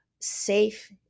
safe